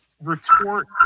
retort